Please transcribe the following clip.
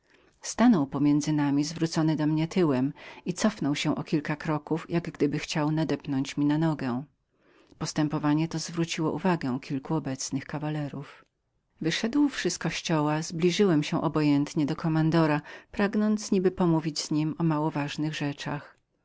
stanął pomiędzy nami i cofnął o kilka kroków jak gdyby chciał był nadeptać mi na nogę postępowanie to zwróciło uwagę kilku obecnych kawalerów wyszedłszy z kościoła zbliżyłem się do niego obojętnie pragnąc niby pomówić z nim o małoważnych rzeczach